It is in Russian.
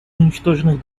уничтоженных